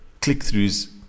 click-throughs